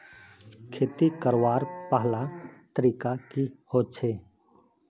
खेती करवार पहला तरीका की होचए?